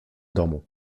domu